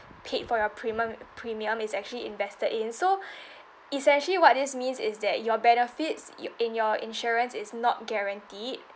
paid for your premium premium is actually invested in so essentially what this means is that your benefits yo~ in your insurance is not guaranteed